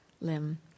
limb